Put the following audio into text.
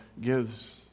gives